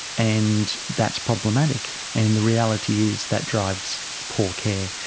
and that's problematic. and the reality is that drives poor care.